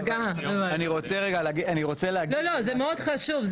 זה מאוד חשוב,